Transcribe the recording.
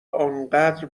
انقدر